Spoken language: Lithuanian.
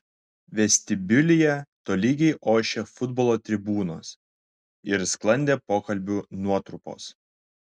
vestibiulyje tolygiai ošė futbolo tribūnos ir sklandė pokalbių nuotrupos